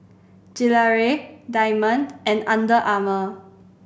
Gelare Diamond and Under Armour